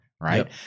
right